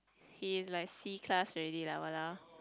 he's like C-class already lah !walao!